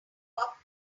cop